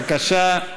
בבקשה.